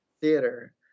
theater